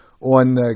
on